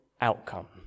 outcome